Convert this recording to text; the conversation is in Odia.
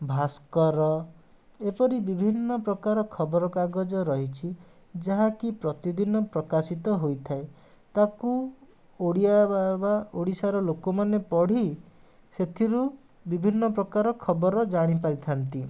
ଭାସ୍କର ଏପରି ବିଭିନ୍ନ ପ୍ରକାର ଖବର କାଗଜ ରହିଛି ଯାହାକି ପ୍ରତିଦିନ ପ୍ରକାଶିତ ହୋଇଥାଏ ତାକୁ ଓଡ଼ିଆ ବା ବା ଓଡ଼ିଶାର ଲୋକମାନେ ପଢ଼ି ସେଥିରୁ ବିଭିନ୍ନ ପ୍ରକାର ଖବର ଜାଣିପାରିଥାନ୍ତି